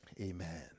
Amen